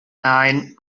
nein